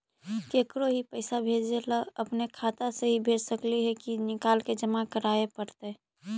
केकरो ही पैसा भेजे ल अपने खाता से ही भेज सकली हे की निकाल के जमा कराए पड़तइ?